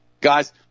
Guys